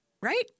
right